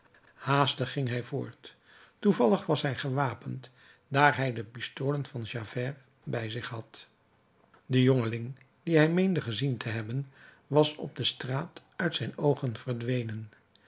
haastig ging hij voort toevallig was hij gewapend daar hij de pistolen van javert bij zich had de jongeling dien hij meende gezien te hebben was op de straat uit zijn oogen verdwenen